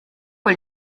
con